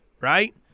Right